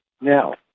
now